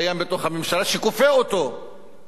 שכופה אותו ראש הממשלה,